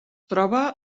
troba